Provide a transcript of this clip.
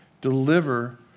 deliver